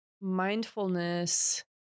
mindfulness